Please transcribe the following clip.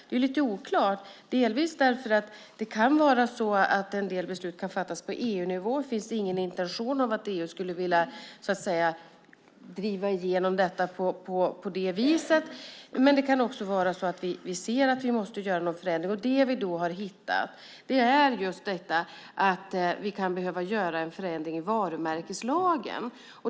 Det är lite oklart, delvis för att en del beslut kan fattas på EU-nivå. Nu finns det ingen sådan intention - att EU skulle driva igenom detta på det viset - men vi kanske ser att vi måste göra någon förändring. Det vi då kan behöva göra är en förändring i varumärkeslagen.